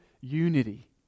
unity